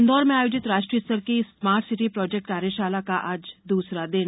इन्दौर में आयोजित राष्ट्रीय स्तर की स्मार्ट सिटी प्रोजेक्ट कार्यशाला का आज दूसरा दिन